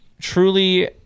truly